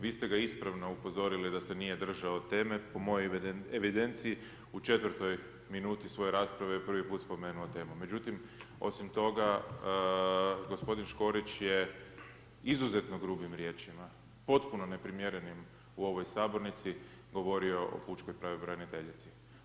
Vi ste ga ispravno upozorili da se nije držao teme po mojoj evidenciji u 4 minuti svoje rasprave je prvi put spomenuo temu, međutim osim toga gospodin Škorić je izuzetno grubim riječima, potpuno neprimjerenim u ovoj sabornici govorio o pučkoj pravobraniteljici.